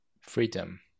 freedom